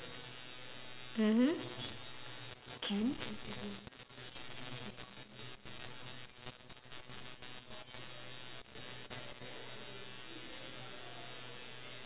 mmhmm can